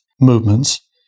movements